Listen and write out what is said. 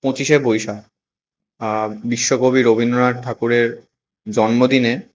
পঁচিশে বৈশাখ বিশ্বকবি রবীন্দ্রনাথ ঠাকুরের জন্মদিনে